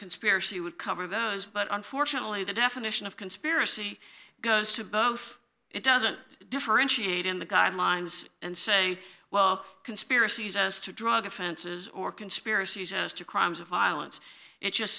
conspiracy would cover those but unfortunately the definition of conspiracy goes to both it doesn't differentiate in the guidelines and say well conspiracies as to drug offenses or conspiracies as to crimes of violence it just